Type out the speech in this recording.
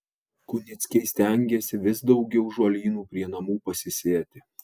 kunickiai stengiasi vis daugiau žolynų prie namų pasisėti